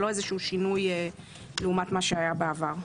זה לא איזשהו שינוי לעומת מה שהיה בעבר.